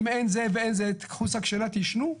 אם אין זה ואין זה, תיקחו שק שינה, תישנו.